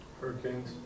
Hurricanes